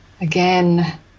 Again